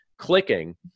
clicking